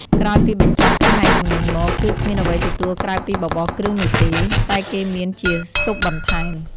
ក្រោយពីបញ្ចប់ការហែជំនូនមក គឺគ្មានអ្វីទទួលក្រៅពីបបរគ្រឿងនោះទេ តែគេមានជាស៊ុបបន្ថែម។